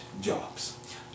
jobs